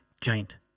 Giant